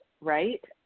right